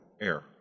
air